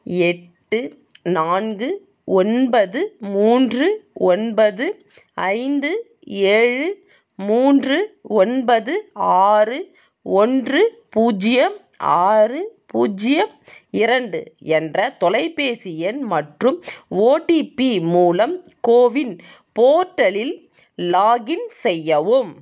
எட்டு நான்கு ஒன்பது மூன்று ஒன்பது ஐந்து ஏழு மூன்று ஒன்பது ஆறு ஒன்று பூஜ்ஜியம் ஆறு பூஜ்ஜியம் இரண்டு என்ற தொலைப்பேசி எண் மற்றும் ஓடிபி மூலம் கோவின் போர்ட்டலில் லாகின் செய்யவும்